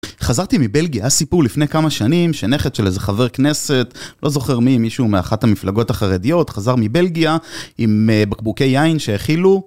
חזרתי מבלגיה, היה סיפור לפני כמה שנים, שנכד של איזה חבר כנסת, לא זוכר מי, מישהו מאחת המפלגות החרדיות, חזר מבלגיה עם בקבוקי יין שהכילו.